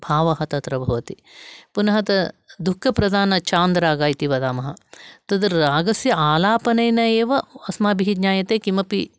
भावः तत्र भवति पुनः त दुःखप्रधान छान्द्रागः इति वदामः तद् रागस्य आलापनेन एव अस्माभिः ज्ञायते किमपि